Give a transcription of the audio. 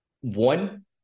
One